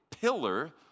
pillar